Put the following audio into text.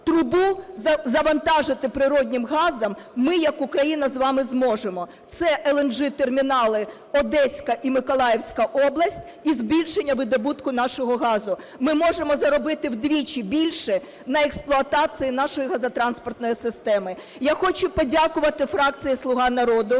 Трубу завантажити природним газом ми як Україна з вами зможемо – це LNG-термінали Одеська і Миколаївська область і збільшення видобутку нашого газу. Ми можемо заробити вдвічі більше на експлуатації нашої газотранспортної системи. Я хочу подякувати фракції "Слуга народу"